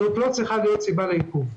זאת לא צריכה להיות סיבה לעיכוב.